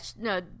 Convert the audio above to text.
no